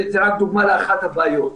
זה רק דוגמה לאחת הבעיות.